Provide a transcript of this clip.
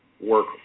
work